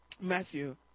Matthew